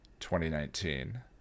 2019